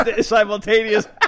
simultaneous